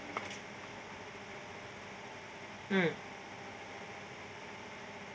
mm